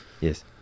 Yes